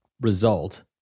result